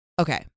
okay